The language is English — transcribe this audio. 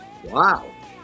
Wow